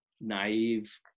naive